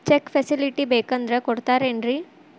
Check facility ಬೇಕಂದ್ರ ಕೊಡ್ತಾರೇನ್ರಿ?